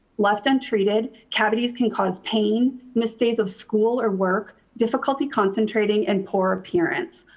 left untreated, cavities can cause pain, miss days of school or work, difficulty concentrating and poor appearance.